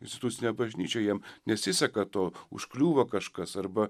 institucine bažnyčia jiem nesiseka to užkliūva kažkas arba